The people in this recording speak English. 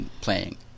playing